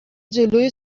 جلوی